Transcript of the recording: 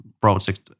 project